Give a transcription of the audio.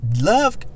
Love